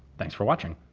thanks for watching.